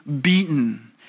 beaten